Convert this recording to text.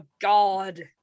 god